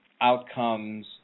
outcomes